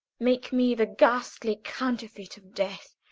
make me the ghastly counterfeit of death.